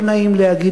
לא נעים להגיד,